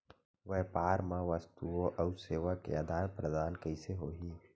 व्यापार मा वस्तुओ अउ सेवा के आदान प्रदान कइसे होही?